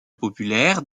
populaire